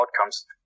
outcomes